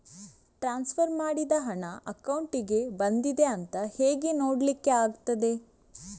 Transfer ಮಾಡಿದ ಹಣ ಅಕೌಂಟಿಗೆ ಬಂದಿದೆ ಅಂತ ಹೇಗೆ ನೋಡ್ಲಿಕ್ಕೆ ಆಗ್ತದೆ?